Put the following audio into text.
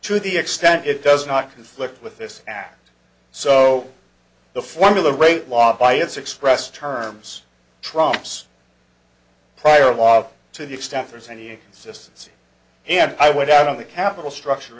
to the extent it does not conflict with this act so the formula rate law by its express terms trumps prior law to the extent there's any a consistency and i went out on the capital structure